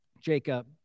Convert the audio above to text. Jacob